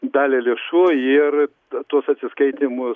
dalį lėšų ir tuos atsiskaitymus